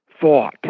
thought